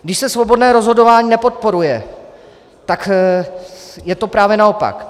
Když se svobodné rozhodování nepodporuje, tak je to právě naopak.